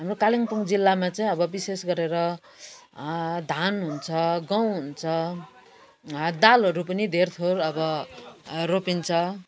हाम्रो कालिम्पोङ जिल्लामा चाहिँ अब विशेष गरेर धान हुन्छ गहुँ हुन्छ दालहरू पनि धेरथोर अब रोपिन्छ